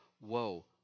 whoa